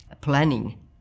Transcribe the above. planning